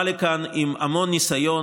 הוא בא לכאן עם המון ניסיון.